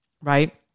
Right